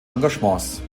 engagements